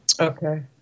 Okay